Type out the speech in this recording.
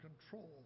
control